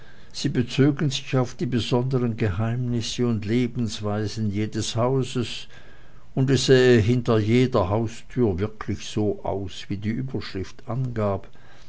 sie bezögen sich auf die besondern geheimnisse und lebensweisen jedes hauses und es sähe hinter jeder haustüre wirklich so aus wie die überschrift angab